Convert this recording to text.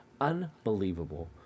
Unbelievable